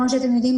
כמו שאתם יודעים,